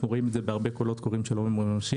אנחנו רואים את זה בהרבה קולות קוראים שלא ממומשים.